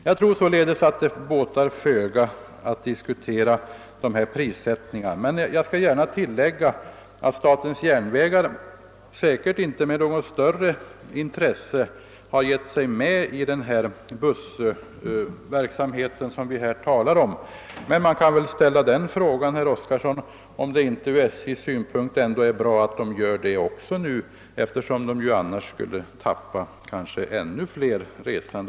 Jag tror sålunda att det båtar föga att diskutera prissättningen. Men jag vill gärna tillägga att SJ säkerligen inte med något större intresse har tagit upp den busstrafik som vi talar om. Man kan dock fråga, herr Orkarson, om det inte från SJ:s synpunkt ändå är bra att man har gjort det, eftersom SJ kanske annars skulle ha tappat ännu fler resande.